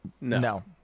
No